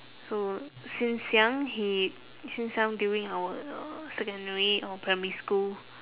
so since young he since young during our uh secondary or primary school